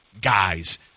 guys